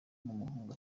n’umuhungu